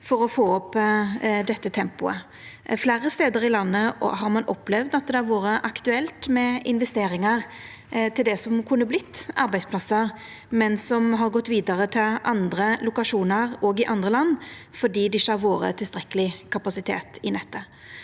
for å få opp dette tempoet. Fleire stader i landet har ein opplevd at det har vore aktuelt med investeringar til det som kunne vorte arbeidsplassar, men som har gått vidare til andre lokasjonar, òg i andre land, fordi det ikkje har vore tilstrekkeleg kapasitet i nettet.